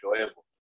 enjoyable